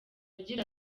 agira